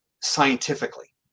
Scientifically